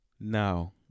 now